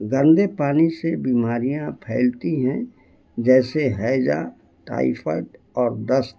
گندے پانی سے بیماریاں پھیلتی ہیں جیسے ہیجا ٹائفائڈ اور ڈسٹ